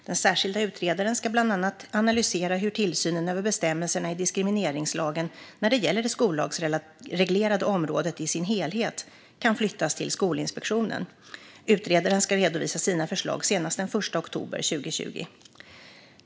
Den särskilda utredaren ska bland annat analysera hur tillsynen över bestämmelserna i diskrimineringslagen när det gäller det skollagsreglerade området i dess helhet kan flyttas till Skolinspektionen. Utredaren ska redovisa sina förlag senast den 1 oktober 2020.